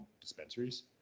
dispensaries